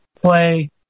play